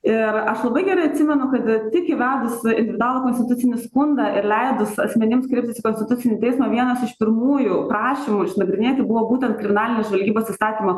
ir aš labai gerai atsimenu kad tik įvedus individualų konstitucinį skundą ir leidus asmenims kreiptis į konstitucinį teismą vienas iš pirmųjų prašymų išnagrinėti buvo būtent kriminalinės žvalgybos įstatymo